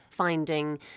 finding